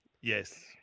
Yes